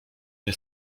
nie